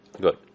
Good